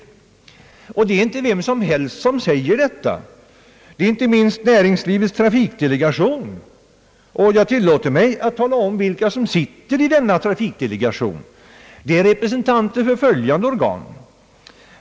Det är inte heller vilka som helst som har lämnat detta svar. Det är framför allt Näringslivets trafikdelegation. Jag tilllåter mig att nämna vilka organisationer som är representerade i denna trafikdelegation.